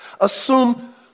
assume